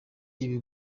ibi